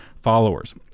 followers